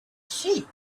sheep